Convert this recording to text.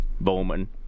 Bowman